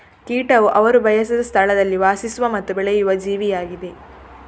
ಕೀಟವು ಅವರು ಬಯಸದ ಸ್ಥಳದಲ್ಲಿ ವಾಸಿಸುವ ಮತ್ತು ಬೆಳೆಯುವ ಜೀವಿಯಾಗಿದೆ